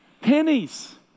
Pennies